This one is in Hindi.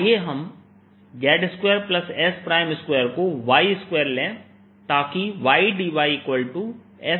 आइए हम z2s2 को Y2 लें ताकि YdYsds के बराबर हो